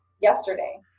yesterday